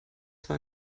zwar